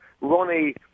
Ronnie